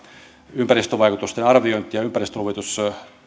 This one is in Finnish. ympäristövaikutusten arviointi ja ympäristöluvitus